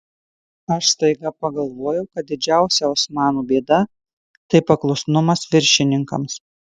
aš staiga pagalvojau kad didžiausia osmanų bėda tai paklusnumas viršininkams